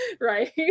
Right